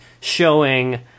showing